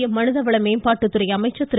மத்திய மனிதவள மேம்பாட்டுத்துறை அமைச்சர் திரு